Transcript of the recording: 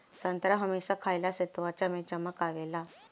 संतरा हमेशा खइला से त्वचा में चमक आवेला